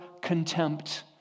contempt